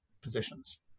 positions